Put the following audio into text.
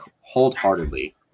wholeheartedly